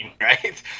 right